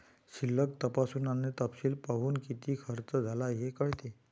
शिल्लक तपासून आणि तपशील पाहून, किती खर्च झाला हे कळते